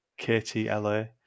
KTLA